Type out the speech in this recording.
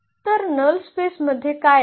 तर null space मध्ये काय आहे